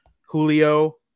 julio